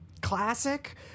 classic